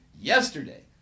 yesterday